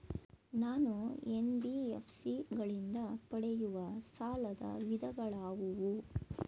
ನಾನು ಎನ್.ಬಿ.ಎಫ್.ಸಿ ಗಳಿಂದ ಪಡೆಯುವ ಸಾಲದ ವಿಧಗಳಾವುವು?